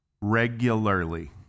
regularly